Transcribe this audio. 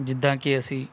ਜਿੱਦਾਂ ਕਿ ਅਸੀਂ